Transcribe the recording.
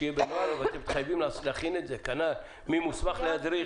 שיהיה בנוהל אבל אתם מתחייבים להכין את זה מי מוסמך להדריך,